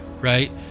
right